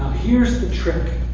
here's the trick